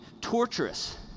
torturous